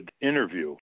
interview